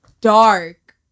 dark